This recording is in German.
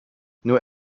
nur